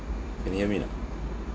can you hear me or not